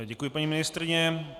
Děkuji, paní ministryně.